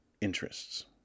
interests